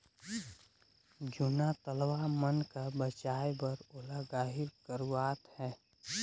जूना तलवा मन का बचाए बर ओला गहिर करवात है